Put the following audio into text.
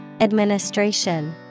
Administration